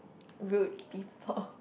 rude people